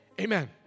Amen